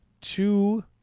two